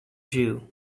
jew